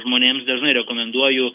žmonėms dažnai rekomenduoju